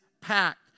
packed